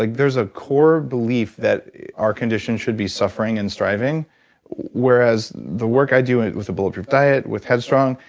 like there's a core belief that our condition should be suffering and striving whereas the work i do and with the bulletproof diet, with head strong,